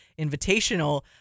Invitational